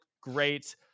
great